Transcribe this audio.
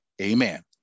Amen